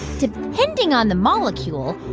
depending on the molecule,